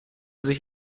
sich